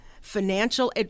financial